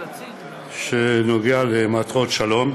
שנוגע למטרות שלום.